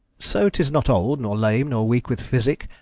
so tis not old, nor lame, nor weak with physick,